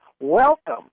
welcome